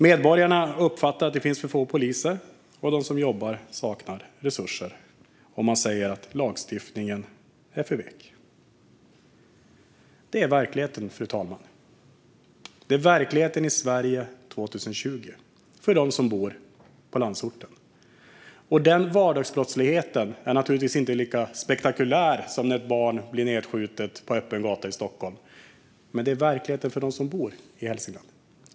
Medborgarna uppfattar att det finns för få poliser, och de som jobbar saknar resurser. De säger att lagstiftningen är för vek. Detta är verkligheten, fru talman. Det är verkligheten i Sverige 2020 för dem som bor på landsorten. Den vardagsbrottsligheten är naturligtvis inte lika spektakulär som när ett barn blir nedskjutet på öppen gata i Stockholm, men det är verkligheten för dem som bor i Hälsingland.